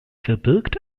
verbirgt